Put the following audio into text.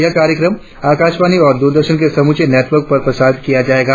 यह कार्यक्रम आकाशवाणी और द्ररदर्शन के समूचे नेटवर्क पर प्रसारित किया जाएगा